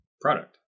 product